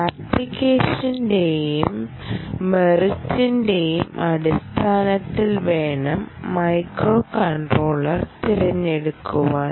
ആപ്ലിക്കേഷന്റെയും മെറിറ്റിന്റെയും അടിസ്ഥാനത്തിൽ വേണം മൈക്രോകൺട്രോളർ തിരഞ്ഞെടുക്കാൻ